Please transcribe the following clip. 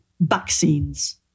vaccines